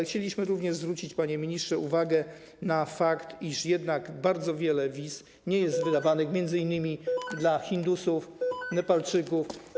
Chcieliśmy również zwrócić, panie ministrze, uwagę na fakt, iż jednak bardzo wiele wiz nie jest wydawanych m.in. dla Hindusów czy Nepalczyków.